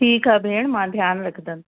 ठीकु आहे भेण मां ध्यानु रखंदमि